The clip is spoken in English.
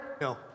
No